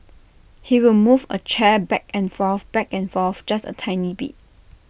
he will move A chair back and forth back and forth just A tiny bit